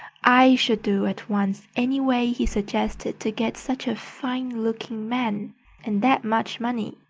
i should do at once any way he suggested to get such a fine-looking man and that much money.